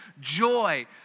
joy